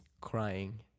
crying